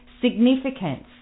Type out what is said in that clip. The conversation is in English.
significance